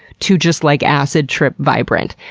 to just like acid trip vibrant.